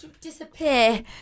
Disappear